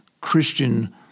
Christian